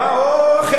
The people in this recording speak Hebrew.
או אחרים.